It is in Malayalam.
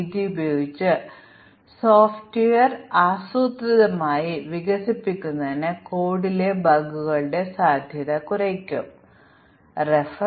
ഞങ്ങൾ അധിക ടെസ്റ്റ് കേസുകൾ സൃഷ്ടിക്കുന്നു ഞങ്ങൾ ധാരാളം മ്യൂട്ടന്റുകൾ സൃഷ്ടിക്കുന്നതുവരെ അങ്ങനെ തന്നെ തുടരുന്നു